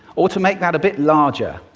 or to make that a bit larger,